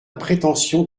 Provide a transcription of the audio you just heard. prétention